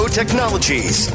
technologies